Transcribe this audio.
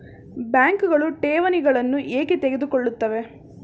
ಬ್ಯಾಂಕುಗಳು ಠೇವಣಿಗಳನ್ನು ಏಕೆ ತೆಗೆದುಕೊಳ್ಳುತ್ತವೆ?